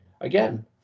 again